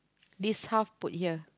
this half put here